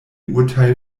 urteil